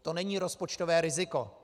To není rozpočtové riziko.